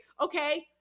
okay